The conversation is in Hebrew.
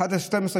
100 ימי